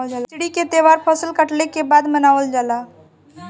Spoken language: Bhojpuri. खिचड़ी के तौहार फसल कटले के बाद मनावल जाला